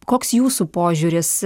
koks jūsų požiūris